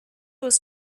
was